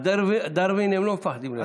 על דארווין הם לא מפחדים לדבר.